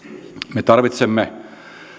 me tarvitsemme